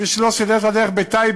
מי שלא סידר את הדרך בטייבה,